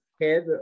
head